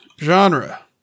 Genre